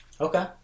Okay